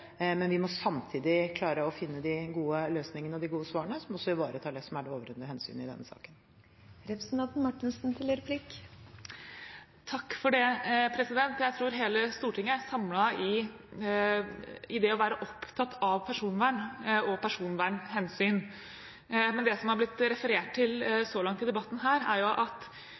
Men vi må samtidig klare å finne de gode løsningene og de gode svarene som også ivaretar det som er det overordnede hensynet i denne saken. Jeg tror hele Stortinget er samlet i det å være opptatt av personvern og personvernhensyn. Men det som det har blitt referert til